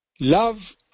love